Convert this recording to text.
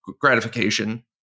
gratification